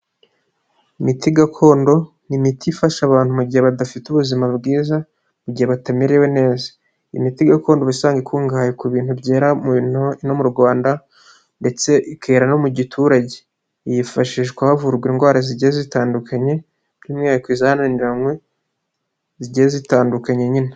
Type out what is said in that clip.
Imiti gakondo ni imiti ifasha abantu mu gihe badafite ubuzima bwiza, mu gihe batamerewe neza, imiti gakondo isanzwe ikungahaye ku bintu byera no mu Rwanda ndetse ikera no mu giturage, yifashishwa havurwa indwara zigeze zitandukanye, by'umwihariko zananiranywe zigiye zitandukanye nyine.